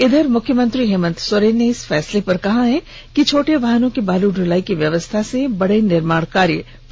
इधर मुख्यमंत्री हेमंत सोरेन ने इस फैसले पर कहा है कि छोटे वाहनों की बालू द्वलाई की व्यवस्था से बड़े निर्माण कार्य प्रभावित हो रहे थे